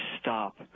stop